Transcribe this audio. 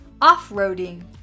Off-roading